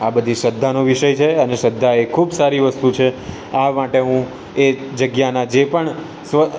આ બધી શ્રદ્ધાનો વિષય છે અને શ્રદ્ધા એ ખૂબ સારી વસ્તુ છે આ માટે હું એ જગ્યાના જે પણ